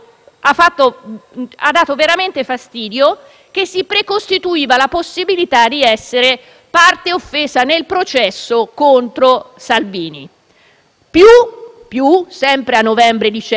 parte offesa nel processo contro Salvini. In più, sempre a novembre e dicembre, quindi in precedenza, considerando che la richiesta di autorizzazione a procedere era di gennaio, trovate pure